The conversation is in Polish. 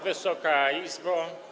Wysoka Izbo!